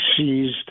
seized